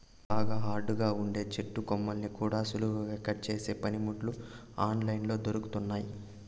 బాగా హార్డ్ గా ఉండే చెట్టు కొమ్మల్ని కూడా సులువుగా కట్ చేసే పనిముట్లు ఆన్ లైన్ లో దొరుకుతున్నయ్యి